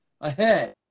ahead